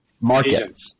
market